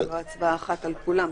זו הצבעה אחת על כולם.